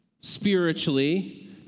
spiritually